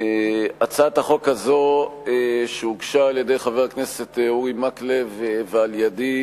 הצעת החוק הזו שהוגשה על-ידי חבר הכנסת אורי מקלב ועל-ידי